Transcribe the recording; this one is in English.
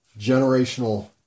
generational